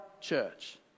church